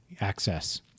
Access